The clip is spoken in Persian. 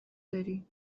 داری